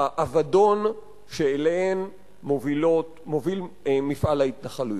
האבדון שאליהן מוביל מפעל ההתנחלויות.